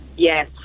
Yes